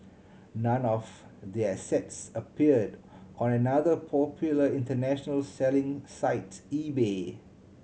none of their sets appeared on another popular international selling site eBay